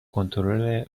کنترل